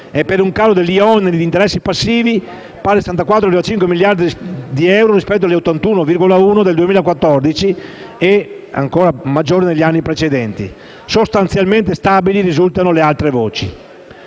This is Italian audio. e per un calo degli oneri per interessi passivi, pari a 74,5 miliardi di euro (rispetto a 81,1 miliardi nel 2014 e ancora superiori negli anni precedenti). Sostanzialmente stabili risultano le altre voci.